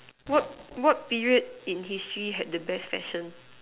what what period in history had the best fashion